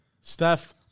Steph